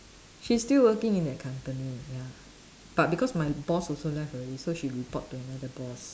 she still working in that company ya but because my boss also left already so she report to another boss